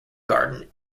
garden